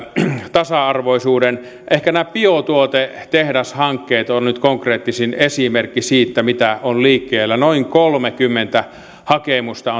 tasa arvoisuuden ehkä nämä biotuotetehdashankkeet ovat nyt konkreettisin esimerkki siitä mitä on liikkeellä noin kolmekymmentä hakemusta